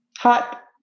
hot